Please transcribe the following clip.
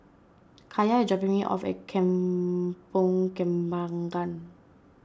Kaya is dropping me off at Kampong Kembangan